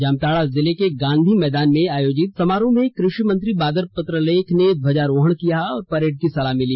जामताड़ा जिले के गांधी मैदान में आयोजित समारोह में कृषि मंत्री बादल पत्रलेख ने ध्वजारोहण किया और परेड की सलामी ली